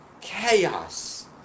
chaos